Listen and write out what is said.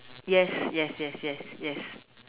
yes yes yes yes yes